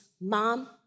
mom